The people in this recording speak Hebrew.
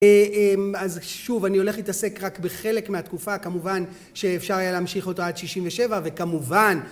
אז שוב אני הולך להתעסק רק בחלק מהתקופה כמובן שאפשר היה להמשיך אותה עד 67 וכמובן